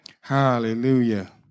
Hallelujah